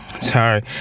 sorry